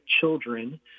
children